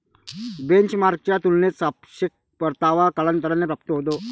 बेंचमार्कच्या तुलनेत सापेक्ष परतावा कालांतराने प्राप्त होतो